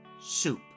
soup